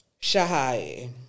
Shahai